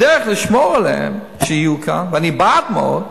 הדרך לשמור עליהם שיהיו כאן, ואני בעד, מאוד,